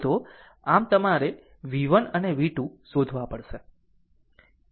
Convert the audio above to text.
આમ તમારે v1 અને v2 શોધવા પડશે